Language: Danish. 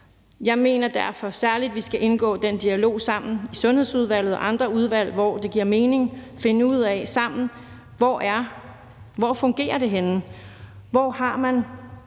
Jeg mener derfor særlig, at vi skal indgå den dialog sammen i Sundhedsudvalget og andre udvalg, hvor det giver mening, og sammen finde ud af, hvor det fungerer, hvor man